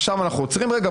עכשיו אנחנו עוצרים רגע,